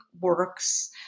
works